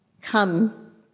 come